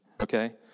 Okay